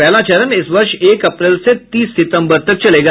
पहला चरण इस वर्ष एक अप्रैल से तीस सितंबर तक चलेगा